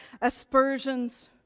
aspersions